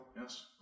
Yes